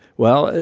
well,